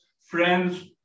friends